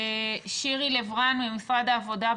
שירי לב רן ממשרד העבודה,